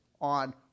on